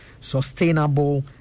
sustainable